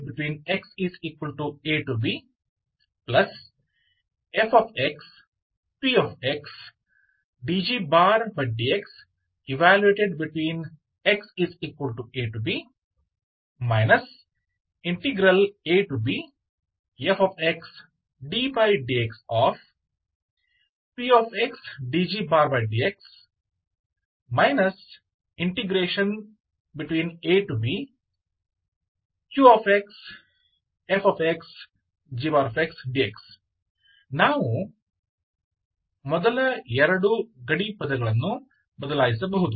S pxdfdx gxb | xa fx p dgdx b | xa abfxddx pxdgdx abqxfxgx dx ನಾವು ಮೊದಲ ಎರಡು ಗಡಿ ಪದಗಳನ್ನು ಬದಲಿಸಬಹುದು